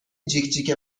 جیکجیک